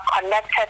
connected